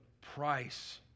price